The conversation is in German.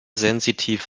sensitiv